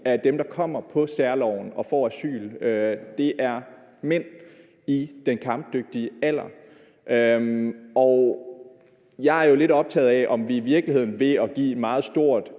af dem, der kommer på særloven og får asyl, er mænd i den kampdygtige alder. Jeg er lidt optaget af, om vi i virkeligheden ved at give et meget stort